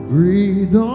Breathe